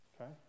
Okay